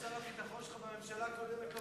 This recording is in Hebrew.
אתה יודע ששר הביטחון שלך בממשלה הקודמת לא